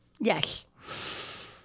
Yes